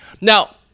Now